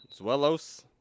Zuelos